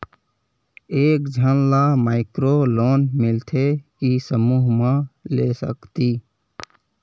एक झन ला माइक्रो लोन मिलथे कि समूह मा ले सकती?